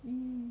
mm